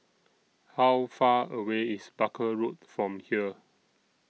How Far away IS Barker Road from here